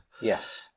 Yes